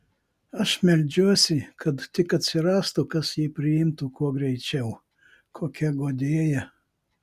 aš meldžiuosi kad tik atsirastų kas jį priimtų kuo greičiau kokia guodėja